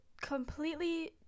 completely